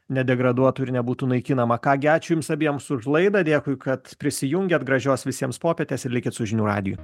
nedegraduotų ir nebūtų naikinama ką gi ačiū jums abiems už laidą dėkui kad prisijungėt gražios visiems popietės ir likit su žinių radiju